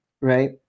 right